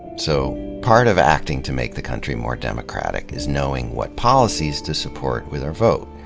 so part of acting to make the country more democratic is knowing what policies to support with our vote.